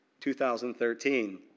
2013